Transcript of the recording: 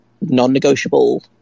non-negotiable